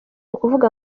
ukuvuga